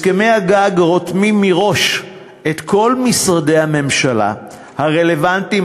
הסכמי הגג רותמים מראש את כל משרדי הממשלה הרלוונטיים,